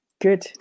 Good